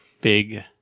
big